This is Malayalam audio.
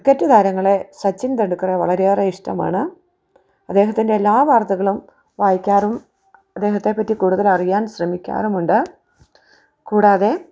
ക്രിക്കറ്റ് താരങ്ങളെ സച്ചിൻ ടെണ്ടുൽക്കർ വളരെയേറെ ഇഷ്ടമാണ് അദ്ദേഹത്തിൻ്റെ എല്ലാ വാർത്തകളും വായിക്കാറും അദ്ദേഹത്തെ പറ്റി കൂടുതൽ അറിയാൻ ശ്രമിക്കാറുമുണ്ട് കൂടാതെ